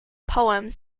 poems